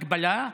הגבלה.